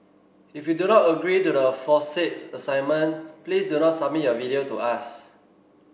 if you do not agree to the aforesaid assignment please do not submit your video to us